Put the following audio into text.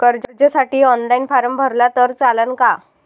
कर्जसाठी online form भरला तर चालन का?